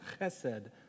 chesed